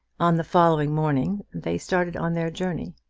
on the following morning they started on their journey.